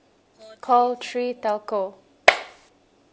call three telco